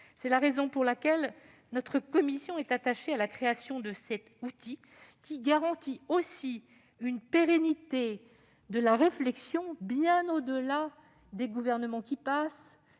C'est la raison pour laquelle notre commission est attachée à la création de cet outil garantissant une pérennité de la réflexion bien au-delà des gouvernements qui passent